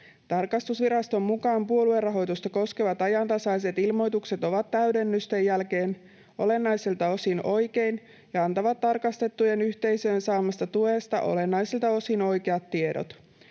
Tarkastusviraston mukaan puoluerahoitusta koskevat ajantasaiset ilmoitukset ovat täydennysten jälkeen olennaisilta osin oikein ja antavat tarkastettujen yhteisöjen saamasta tuesta olennaisilta osin oikeat tiedot.